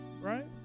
right